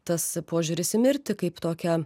tas požiūris į mirtį kaip tokią